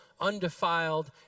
undefiled